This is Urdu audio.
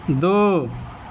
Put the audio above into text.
دو